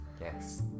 yes